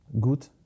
good